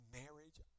marriage